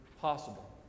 possible